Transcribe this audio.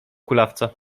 kulawca